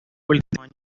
últimos